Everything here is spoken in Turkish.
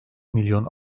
milyon